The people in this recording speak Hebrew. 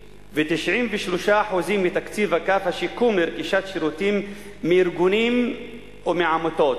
ו-93% מתקציב אגף השיקום לרכישת שירותים מארגונים או מעמותות.